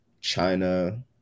China